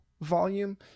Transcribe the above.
volume